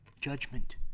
judgment